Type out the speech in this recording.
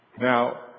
Now